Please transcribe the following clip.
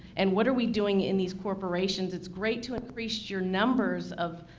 and what are we doing in these corporations? it's great to increase your numbers of,